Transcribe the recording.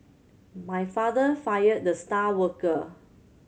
my father fired the star worker